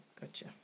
Gotcha